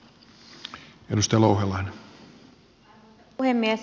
arvoisa puhemies